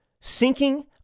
sinking